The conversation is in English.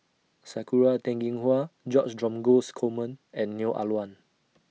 Sakura Teng Ying Hua George Dromgold Coleman and Neo Ah Luan